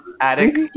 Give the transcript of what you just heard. Attic